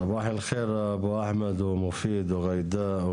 סבאח אל-ח'יר אבו אחמד ומופיד וג'ידא,